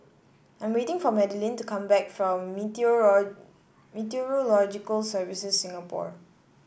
I'm waiting for Madelene to come back from Meteorological Services Singapore